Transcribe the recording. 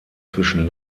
zwischen